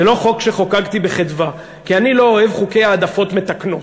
זה לא חוק שחוקקתי בחדווה כי אני לא אוהב חוקי העדפות מתקנות.